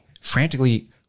frantically